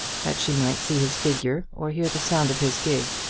that she might see his figure or hear the sound of his gig.